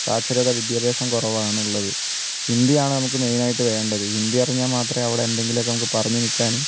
സാക്ഷരത വിദ്യാഭ്യാസം കുറവാണുള്ളത് ഹിന്ദിയാണ് നമുക്ക് മെയിൻ ആയിട്ട് വേണ്ടത് ഹിന്ദി അറിഞ്ഞാൽ മാത്രമേ അവിടെ എന്തെങ്കിലുമൊക്കെ നമുക്ക് പറഞ്ഞു നിൽക്കാനും